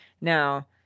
Now